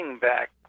back